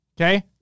okay